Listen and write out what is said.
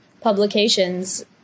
publications